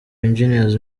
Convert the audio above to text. engineers